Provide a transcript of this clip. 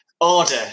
Order